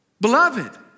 Beloved